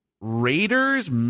Raiders